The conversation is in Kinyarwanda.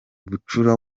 bucura